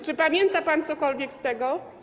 Czy pamięta pan cokolwiek z tego?